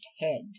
head